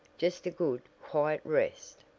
just a good, quiet rest.